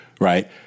right